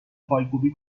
پایکوبی